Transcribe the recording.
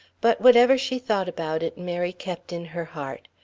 but whatever she thought about it, mary kept in her heart.